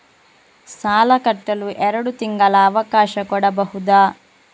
ಸಾಲ ಕಟ್ಟಲು ಎರಡು ತಿಂಗಳ ಅವಕಾಶ ಕೊಡಬಹುದಾ?